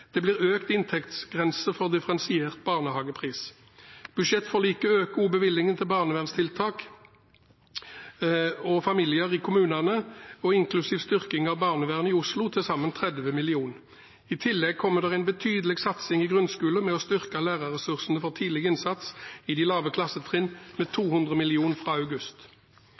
Det blir økt inntektsgrense for differensiert barnehagepris. Budsjettforliket øker også bevilgningen til barnevernstiltak for familier i kommunene, inklusiv en styrking av barnevernet i Oslo, til sammen 30 mill. kr. I tillegg kommer en betydelig satsing i grunnskolen med å styrke lærerressursene for tidlig innsats i de lave klassetrinn med 200 mill. kr fra august.